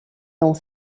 dans